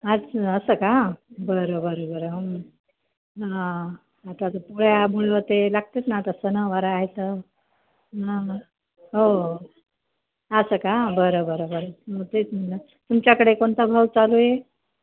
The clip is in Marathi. आज असं का बरं बरं बरं हां आता ते पोळ्या मुळं ते लागतात ना आता सणवार आहेत हं हो हो असं का बरं बरं बरं तेच म्हणलं तुमच्याकडे कोणता भाव चालू आहे